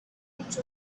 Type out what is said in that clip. enjoyed